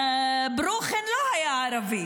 ברוכין לא היה ערבי,